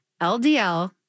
LDL